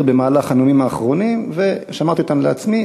במהלך הנאומים האחרונים ושמרתי אותן לעצמי,